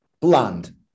bland